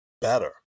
better